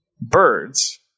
birds